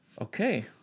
Okay